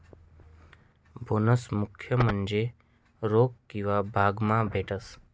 bonus मुख्य म्हन्जे रोक किंवा भाग मा भेटस